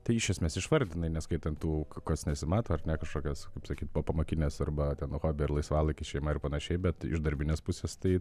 tai iš esmės išvardinai neskaitant tų kas nesimato ar ne kažkokios kaip sakyt popamokinės arba ten hobi ar laisvalaikis šeima ir panašiai bet iš darbinės pusės tai